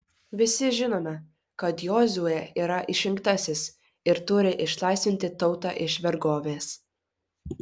visi žinome kad jozuė yra išrinktasis ir turi išlaisvinti tautą iš vergovės